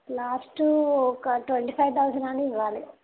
last ఒక twenty five thousand అన్నా ఇవ్వాలి